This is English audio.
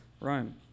Rome